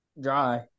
Dry